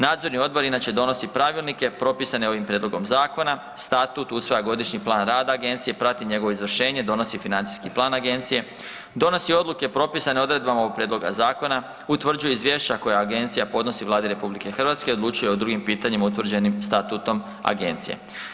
Nadzorni odbor inače donosi pravilnike propisane ovim prijedlogom zakona, statut, usvaja godišnji plan agencije, prati njegovo izvršenje, donosi financijski plan agencije, donosi odluke propisane odredbama ovog prijedloga zakona, utvrđuje izvješća koja agencija podnosi Vladi RH, odlučuje o drugim pitanjima utvrđenim statutom agencije.